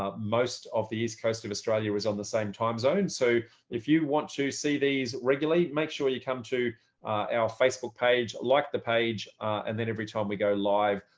ah most of the east coast of australia is on the same time zone. so if you want to see these regularly, make sure you come to our facebook page, like the page and then every time we go live,